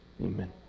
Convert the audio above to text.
amen